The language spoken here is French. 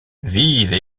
vive